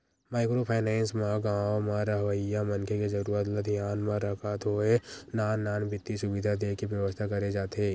micro finance म गाँव म रहवइया मनखे के जरुरत ल धियान म रखत होय नान नान बित्तीय सुबिधा देय के बेवस्था करे जाथे